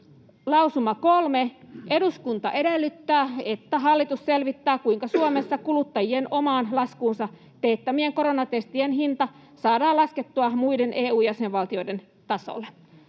Lausuma 3: ”Eduskunta edellyttää, että hallitus selvittää, kuinka Suomessa kuluttajien omaan laskuunsa teettämien koronatestien hinta saadaan laskettua muiden EU-jäsenvaltioiden tasolle.”